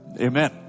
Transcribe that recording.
Amen